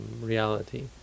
reality